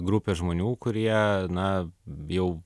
grupė žmonių kurie na jau